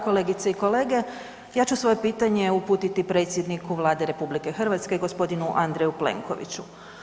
Kolegice i kolege ja ću svoje pitanje uputiti predsjedniku Vlade RH gospodinu Andreju Plenkoviću.